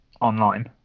online